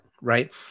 right